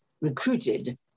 recruited